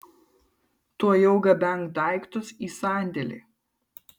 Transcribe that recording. tuojau gabenk daiktus į sandėlį